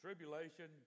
Tribulation